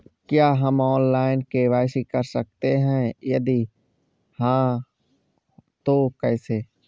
क्या हम online KYC कर सकते हैं यदि हाँ तो कैसे?